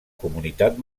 comunitat